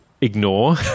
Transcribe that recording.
ignore